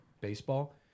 baseball